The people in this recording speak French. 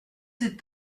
ses